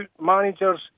managers